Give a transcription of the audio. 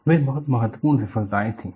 वे बहुत महत्वपूर्ण विफलताएं थीं